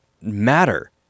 matter